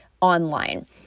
online